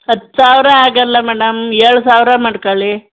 ಹತ್ತು ಸಾವಿರ ಆಗೋಲ್ಲ ಮೇಡಮ್ ಏಳು ಸಾವಿರ ಮಾಡ್ಕೊಳ್ಳಿ